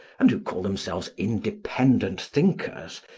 and who call themselves independent thinkers,